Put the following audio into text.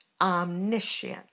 omniscient